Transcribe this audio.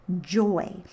joy